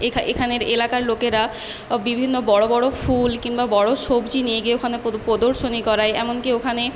এখানে এখানের এলাকার লোকেরা বিভিন্ন বড়ো বড়ো ফুল কিনবা বড়ো সবজি নিয়ে গিয়ে ওখানে প্রদর্শনী করায় এমনকি ওখানে